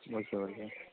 okay okay